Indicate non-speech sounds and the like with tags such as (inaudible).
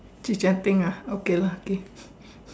to Genting ah okay lah okay (breath)